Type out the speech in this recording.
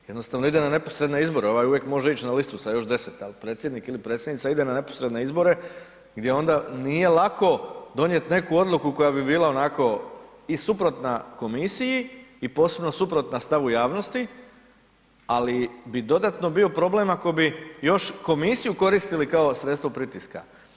Jednostavno ide na neposredne izbore, ovaj uvijek može ići na listu sa još 10, ali predsjednik ili predsjednica ide na neposredne izbore gdje onda nije lako donijeti neku odluku koja bi bila onako i suprotna komisiji i posebno suprotna stavu javnosti, ali bi dodatno bio problem ako bi još komisiju koristili kao sredstvo pritiska.